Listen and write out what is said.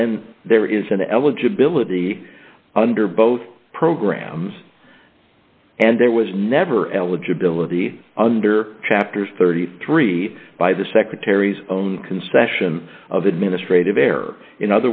when there is an eligibility under both programs and there was never eligibility under chapters thirty three by the secretary's own concession of administrative